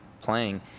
playing